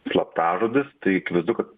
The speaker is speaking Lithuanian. slaptažodis tai akivaizdu kad